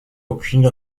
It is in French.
aucune